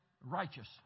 righteous